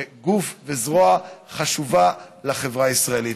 בכך שהיא גוף, זרוע חשובה לחברה הישראלית.